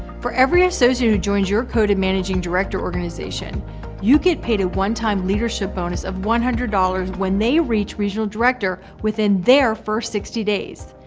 for every associate who who joins your coded managing director organization you get paid a one-time leadership bonus of one hundred dollars when they reach regional director within their first sixty days.